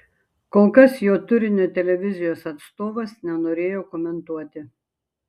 kol kas jo turinio televizijos atstovas nenorėjo komentuoti